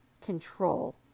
control